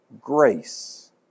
grace